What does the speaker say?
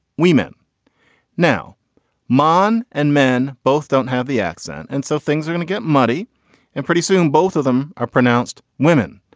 women now man and men both don't have the accent. and so things are gonna get muddy and pretty soon both of them are pronounced women.